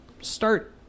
start